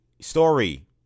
story